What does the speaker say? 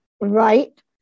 Right